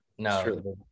No